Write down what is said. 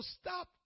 stop